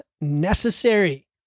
necessary